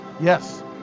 Yes